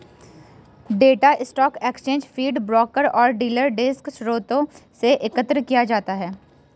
data stock exchange feed, broker और dealer desk स्रोतों से एकत्र किया जाता है